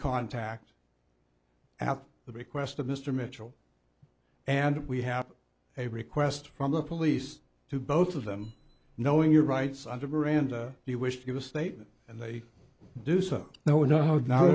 contact out the request of mr mitchell and we have a request from the police to both of them knowing your rights under miranda you wish to give a statement and they do so now we know